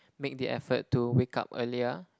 make the effort to wake up earlier